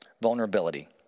vulnerability